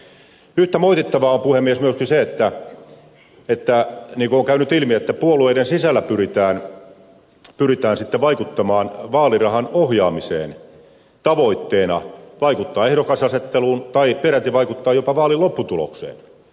yhtä moitittavaa on puhemies myöskin se niin kuin on käynyt ilmi että puolueiden sisällä pyritään sitten vaikuttamaan vaalirahan ohjaamiseen tavoitteena vaikuttaa ehdokasasetteluun tai peräti vaikuttaa jopa vaalin lopputulokseen